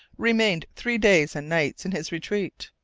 remained three days and nights in his retreat.